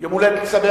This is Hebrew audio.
יום הולדת שמח